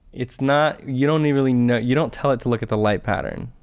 it's not you don't really know you don't tell it to look at the light pattern,